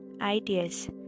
ideas